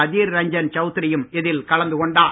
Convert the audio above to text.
அதீர் ரஞ்சன் சவுத்ரியும் இதில் கலந்து கொண்டார்